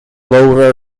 lower